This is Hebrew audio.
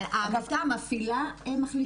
אבל העמותה המפעילה מחליטה?